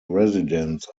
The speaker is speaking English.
residents